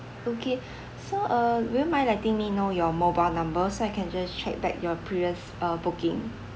okay so uh will you mind letting me know your mobile number so I can just check back your previous uh booking